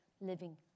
Living